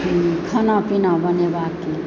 खाना पीना बनेबाकके लेल